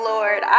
Lord